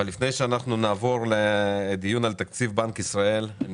אבל לפני שנעבור לדיון על תקציב בנק ישראל אני